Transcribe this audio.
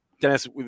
Dennis